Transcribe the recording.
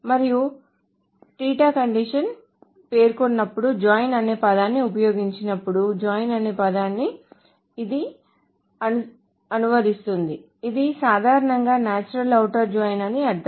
మరియు theta condition పేర్కొననప్పుడు join అనే పదాన్ని ఉపయోగించినప్పుడు జాయిన్ అనే పదాన్ని ఉపయోగించినప్పుడు అది అనువదిస్తుంది ఇది సాధారణంగా నాచురల్ ఔటర్ జాయిన్ అని అర్ధం